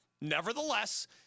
Nevertheless